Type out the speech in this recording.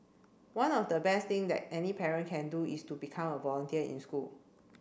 one of the best thing that any parent can do is to become a volunteer in school